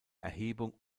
erhebung